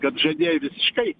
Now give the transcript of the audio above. kad žaidėjai visiškai